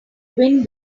win